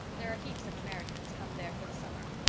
there are heaps of americans come there for the summer.